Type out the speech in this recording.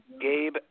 Gabe